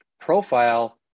profile